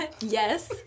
Yes